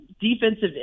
defensive